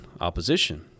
opposition